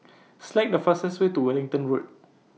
Select The fastest Way to Wellington Road